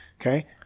Okay